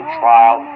trial